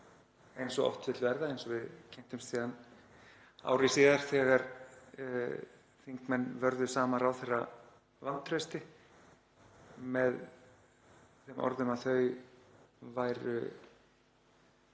eins og oft vill verða, eins og við kynntumst síðan ári síðar þegar þingmenn vörðu sama ráðherra vantrausti, með þeim orðum að þau